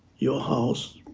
your house,